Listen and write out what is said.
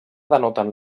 denoten